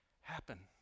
happen